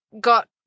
got